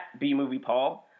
BMoviePaul